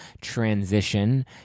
transition